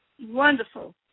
Wonderful